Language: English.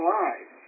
lives